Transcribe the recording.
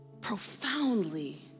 profoundly